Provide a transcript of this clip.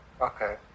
okay